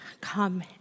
Come